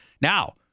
Now